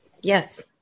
Yes